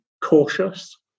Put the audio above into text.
cautious